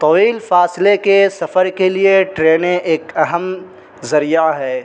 طویل فاصلے کے سفر کے لیے ٹرینیں ایک اہم ذریعہ ہے